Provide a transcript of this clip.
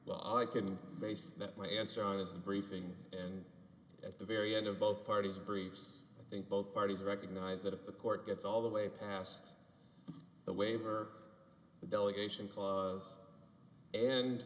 well i can base that my answer on is the briefing and at the very end of both parties briefs i think both parties recognize that if the court gets all the way past the waiver the delegation clause and